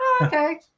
okay